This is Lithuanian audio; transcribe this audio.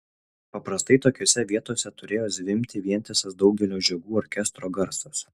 paprastai tokiose vietose turėjo zvimbti vientisas daugelio žiogų orkestro garsas